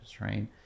right